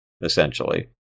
essentially